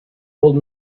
old